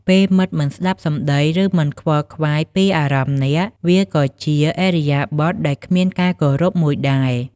ពេលមិត្តមិនស្ដាប់សម្ដី ឬ មិនខ្វល់ខ្វាយពីអារម្មណ៍អ្នក វាក៏ជាឥរិយាបថដែលគ្មានការគោរពមួយដែរ។